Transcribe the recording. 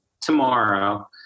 tomorrow